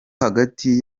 hagati